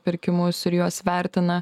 pirkimus ir juos vertina